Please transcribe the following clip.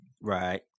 right